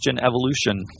Evolution